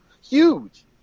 Huge